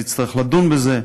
מועצת העיר תצטרך לדון בזה,